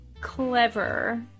clever